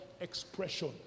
expression